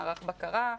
מערך בקרה,